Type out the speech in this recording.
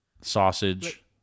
Sausage